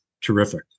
terrific